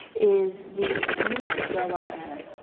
is the need to grow our own.